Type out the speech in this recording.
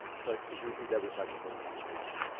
sorry, could you repeat that with microphone for people to